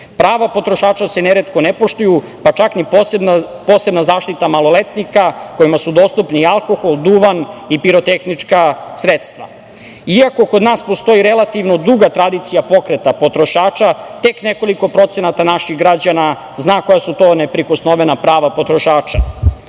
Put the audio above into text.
Prava potrošača se neretko ne poštuju, pa čak ni posebna zaštita maloletnika kojima su dostupni i alkohol, duvan i pirotehnička sredstva. Iako kod nas postoji relativno duga tradicija pokreta potrošača, tek nekoliko procenata naših građana zna koja su to neprikosnovena prava potrošača.